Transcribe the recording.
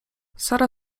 sara